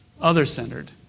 other-centered